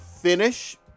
finish